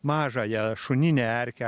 mažąją šuninę erkę